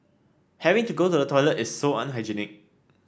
having to go to the toilet is so unhygienic